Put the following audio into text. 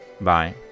bye